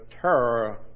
terror